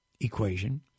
equation